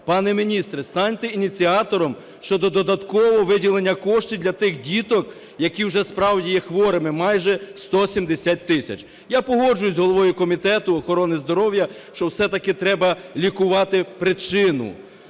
пане міністре, станьте ініціатором щодо додаткового виділення коштів для тих діток, які вже, справді, є хворими, майже 170 тисяч. Я погоджуюся з головою Комітету охорони здоров'я, що все-таки треба лікувати причину,